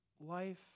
life